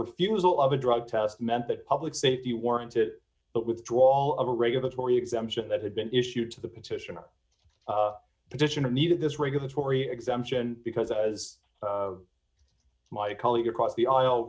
refusal of a drug test meant that public safety warrants it but withdraw all a regulatory exemption that had been issued to the petitioner petitioner needed this regulatory exemption because as my colleague across the aisle